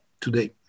today